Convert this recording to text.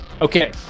Okay